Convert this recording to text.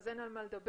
אז אין על מה לדבר.